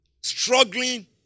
struggling